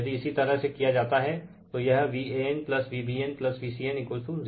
यदि इसी तरह से किया जाता हैं तो यह VanVbnVcn 0 हो जाएगा यह इक्वेशन 1 हैं